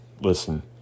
listen